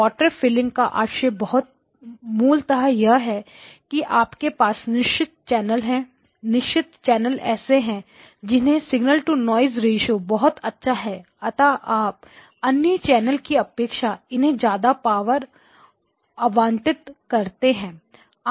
water filling का आशय मूलतः यह है कि आपके पास निश्चित चैनल ऐसे हैं जिनका सिग्नल टू नॉइज़ रेश्यो बहुत अच्छा है अतः आप अन्य चैनल की अपेक्षा इन्हें ज्यादा पावर आवंटित करते हैं